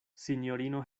sinjorino